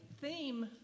theme